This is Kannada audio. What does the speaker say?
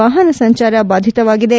ವಾಹನ ಸಂಚಾರ ಬಾಧಿತವಾಗಿದೆ